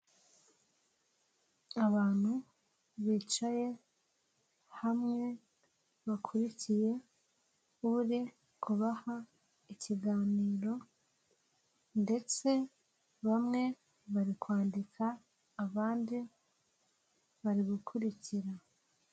Abantu bicaye hamwe, bakurikiye uri kubaha ikiganiro ndetse bamwe bari kwandika abandi bari gukurikira.